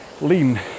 lean